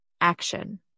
action